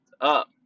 up